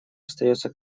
остается